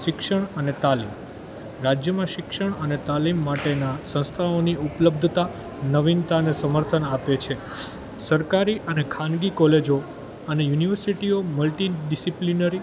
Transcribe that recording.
શિક્ષણ અને તાલીમ રાજ્યમાં શિક્ષણ અનએ તાલીમ માટેના સંસ્થાઓની ઉપલબ્ધતા નવીનતાને સમર્થન આપે છે સરકારી અને ખાનગી કોલેજો અને યુનિવર્સીટીઓ મલ્ટી ડિસિપ્લિનરી